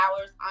hours